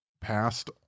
passed